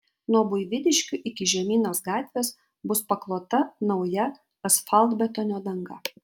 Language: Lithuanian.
nuo buivydiškių iki žemynos gatvės bus paklota nauja asfaltbetonio danga